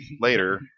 later